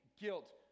guilt